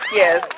yes